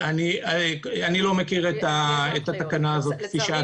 אני לא מכיר את התקנה הזאת כפי שאת מציינת.